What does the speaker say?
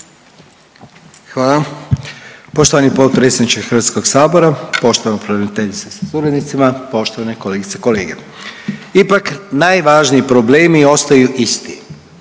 Hvala. Poštovani potpredsjedniče HS-a, poštovani pravobraniteljice sa suradnicima, poštovani kolegice i kolege. Ipak najvažniji problemi ostaju isti